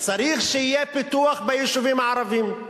צריך שיהיה פיתוח ביישובים הערביים.